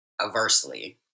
aversely